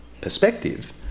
perspective